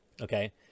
Okay